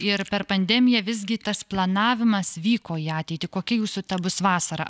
ir per pandemiją visgi tas planavimas vyko į ateitį kokia jūsų ta bus vasara